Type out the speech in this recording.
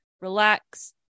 relax